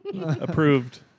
approved